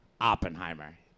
Oppenheimer